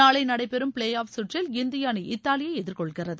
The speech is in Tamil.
நாளை நடைபெறும் பிளே ஆப் சுற்றில் இந்திய அணி இத்தாலியை எதிர்கொள்கிறது